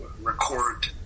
Record